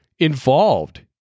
involved